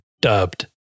dubbed